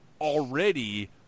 already